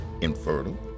infertile